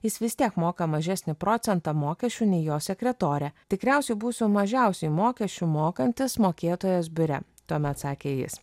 jis vis tiek moka mažesnį procentą mokesčių nei jo sekretorė tikriausiai būsiu mažiausiai mokesčių mokantis mokėtojas biure tuomet sakė jis